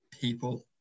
people